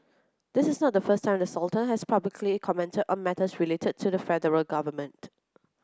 this is not the first time the sultan has publicly commented on matters related to the federal government